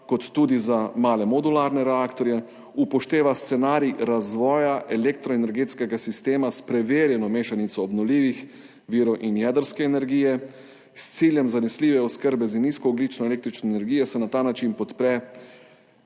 kot tudi za male modularne reaktorje. Upošteva scenarij razvoja elektroenergetskega sistema s preverjeno mešanico obnovljivih virov in jedrske energije. S ciljem zanesljive oskrbe z nizkoogljično električno energijo se na ta način podpre